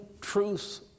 truth